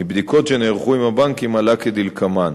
מבדיקות שנערכו עם הבנקים עלה כדלקמן: